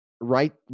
right